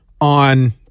on